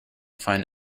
find